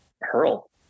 hurl